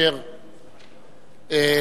השר גלעד ארדן,